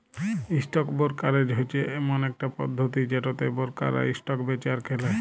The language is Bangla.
ইসটক বোরকারেজ হচ্যে ইমন একট পধতি যেটতে বোরকাররা ইসটক বেঁচে আর কেলে